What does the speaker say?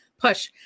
push